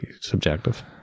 subjective